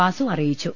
വാസു അറിയിച്ചു